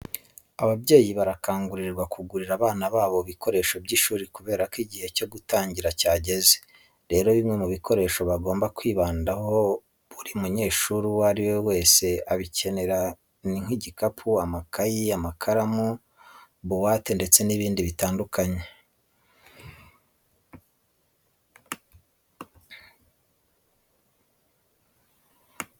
Ababyeyi barakangurirwa kugurira abana babo ibikoresho by'ishuri kubera ko igihe cyo gutangira cyageze. Rero bimwe mu bikoresho bagomba kwibandaho kuko buri munyeshuri uwo ari we wese abikenera ni igikapu, amakayi, amakaramu, buwate ndetse n'ibindi bitandukanye.